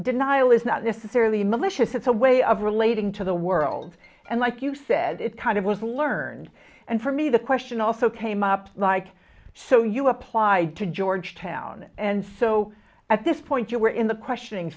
denial is not necessarily malicious it's a way of relating to the world and like you said it kind of was learned and for me question also came up like so you applied to georgetown and so at this point you were in the questioning